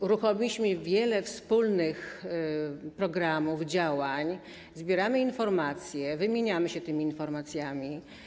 Uruchomiliśmy wiele wspólnych programów, działań, zbieramy informacje, wymieniamy się tymi informacji.